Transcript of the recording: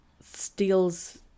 steals